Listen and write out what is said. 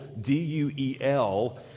D-U-E-L